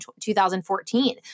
2014